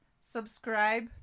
subscribe